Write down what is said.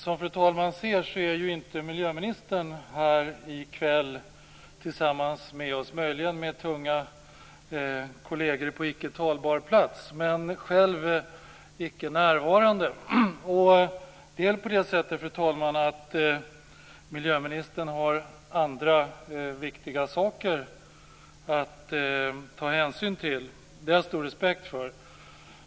Som fru talman ser är miljöministern inte tillsammans med oss i kväll. Hon umgås möjligen med tunga kolleger på icke talbar plats. Hon är icke närvarande. Fru talman! Miljöministern har andra viktiga saker att ta hänsyn till, och det har jag stor respekt för.